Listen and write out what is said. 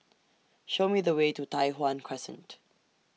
Show Me The Way to Tai Hwan Crescent